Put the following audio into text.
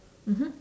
mmhmm